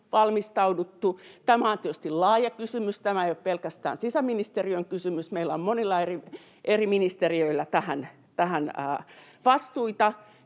valmistauduttu. Tämä on tietysti laaja kysymys, tämä ei ole pelkästään sisäministeriön kysymys. Meillä on monilla eri ministeriöillä tähän vastuita,